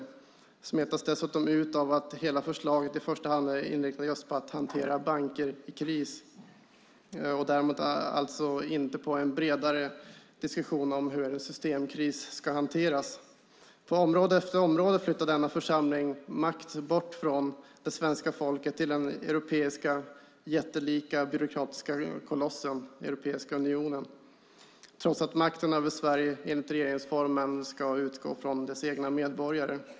Det smetas dessutom ut av att hela förslaget i första hand inriktas på att hantera banker i kris, inte på en bredare diskussion om hur en systemkris ska hanteras. På område efter område flyttar denna församling bort makt från svenska folket till den europeiska jättelika byråkratiska kolossen Europeiska unionen, trots att makten över Sverige enligt regeringsformen ska utgå från dess egna medborgare.